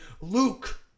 Luke